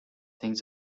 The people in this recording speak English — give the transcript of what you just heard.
things